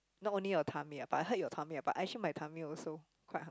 not only your tummy ah but I heard your tummy ah but actually my tummy also quite